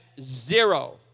zero